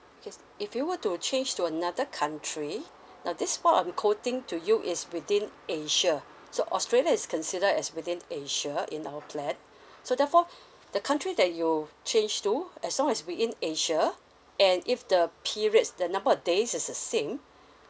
yes if you were to change to another country now this one I'm quoting to you is within asia so australia is consider as within asia in our plan so therefore the country that you change to as long as within asia and if the periods the number of days is the same